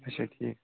اچھا ٹھیٖک